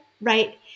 right